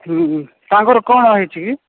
ହୁଁ ତାଙ୍କର କ'ଣ ହୋଇଛି କି